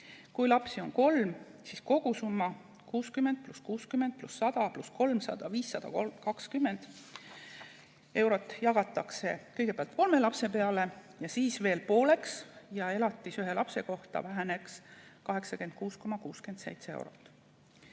Kui lapsi on kolm, siis kogusumma (60 + 60 + 100 + 300 = 520 eurot) jagatakse kõigepealt kolme lapse peale ja siis veel pooleks, nii et elatis ühe lapse kohta väheneks 86,67 eurot.